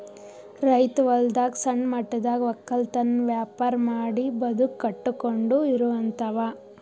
ರೈತ್ ಹೊಲದಾಗ್ ಸಣ್ಣ ಮಟ್ಟದಾಗ್ ವಕ್ಕಲತನ್ ವ್ಯಾಪಾರ್ ಮಾಡಿ ಬದುಕ್ ಕಟ್ಟಕೊಂಡು ಇರೋಹಂತಾವ